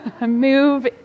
move